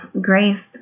grace